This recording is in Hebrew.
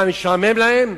מה, משעמם להם?